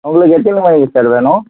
உங்களுக்கு எத்தனை மணிக்கு சார் வேணும்